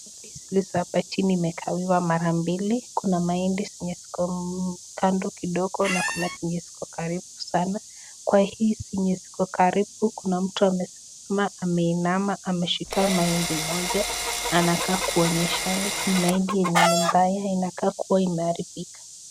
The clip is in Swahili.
Hizi ndizi hapa chini zimekauliwa mara mbili. Kuna mahindi zenye ziko kando kidogo na kuna zenye ziko karibu sana. Kwa hizi zenye ziko karibu kuna mtu amesimama ameinama ameshika mahindi moja. Anakaa kuonyeshana ni mahindi yenye ni mbaya inakaa kuwa imeharibika.